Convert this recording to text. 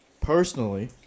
personally